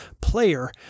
player